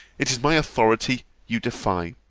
it is my authority you defy.